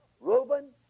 Reuben